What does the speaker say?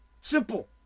simple